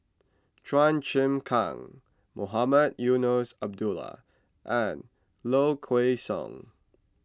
Chua Chim Kang Mohamed Eunos Abdullah and Low Kway Song